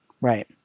Right